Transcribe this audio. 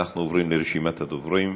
אנחנו עוברים לרשימת הדוברים: